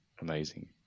amazing